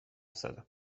زدم